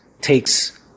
takes